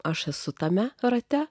aš esu tame rate